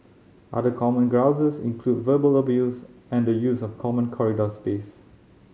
other common grouses include verbal abuse and the use of common corridor space